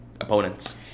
Opponents